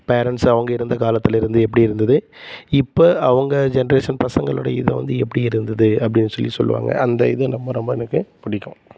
parents அவங்க இருந்த காலத்திலேருந்து எப்படி இருந்தது இப்போ அவங்க ஜென்ரேஷன் பசங்களுடைய இதை வந்து எப்படி இருந்தது அப்படின்னு சொல்லி சொல்லுவாங்க அந்த இது ரொம்ப ரொம்ப எனக்கு பிடிக்கும்